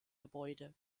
gebäude